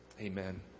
amen